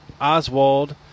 Oswald